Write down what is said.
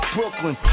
Brooklyn